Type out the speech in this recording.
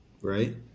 Right